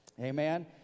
Amen